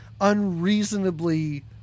unreasonably